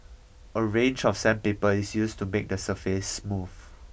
a range of sandpaper is used to make the surface smooth